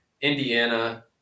Indiana